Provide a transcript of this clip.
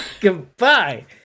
goodbye